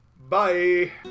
Bye